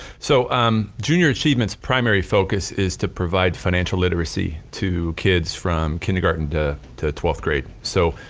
so um junior achievement's primary focus is to provide financial literacy to kids from kindergarten to to twelfth grade. so,